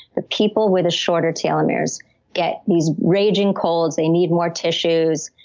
the people with the shorter telomeres get these raging colds. they need more tissues.